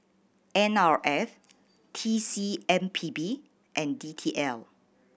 N R F T C M P B and D T L